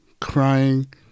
crying